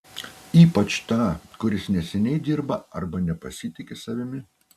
ypač tą kuris neseniai dirba arba nepasitiki savimi